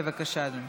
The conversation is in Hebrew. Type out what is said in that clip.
רבותיי,